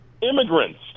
Immigrants